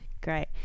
Great